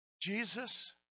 Jesus